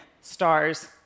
stars